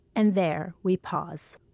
and there we pause.